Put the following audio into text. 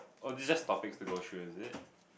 oh this just topics to go through is it